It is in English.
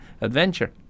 adventure